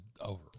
over